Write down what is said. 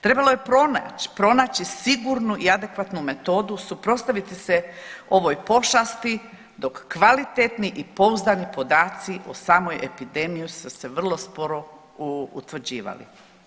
Trebalo je pronać, pronaći sigurnu i adekvatnu metodu, suprotstaviti se ovoj pošasti dok kvalitetni i pouzdani podaci o samoj epidemiji su se vrlo sporo utvrđivali.